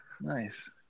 Nice